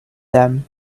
them